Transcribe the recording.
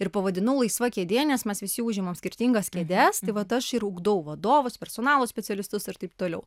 ir pavadinau laisva kėdė nes mes visi užimam skirtingas kėdes tai vat aš ir ugdau vadovus personalo specialistus ir taip toliau